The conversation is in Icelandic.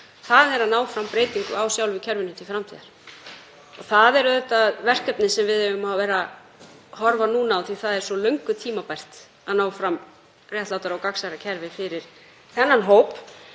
það er að ná fram breytingu á sjálfu kerfinu til framtíðar. Það er auðvitað verkefnið sem við eigum að vera að horfa núna á því það er svo löngu tímabært að ná fram réttlátara og gagnsærra kerfi fyrir þennan hóp